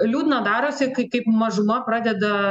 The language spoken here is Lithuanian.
liūdna darosi kaip mažuma pradeda